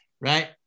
right